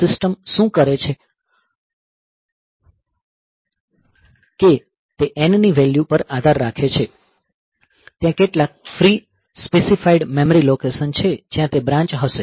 system શું કરે છે કે તે n ની વેલ્યુ પર આધાર રાખે છે ત્યાં કેટલાક ફ્રી સ્પેસીફાઈડ મેમરી લોકેશન છે જ્યાં તે બ્રાંચ હશે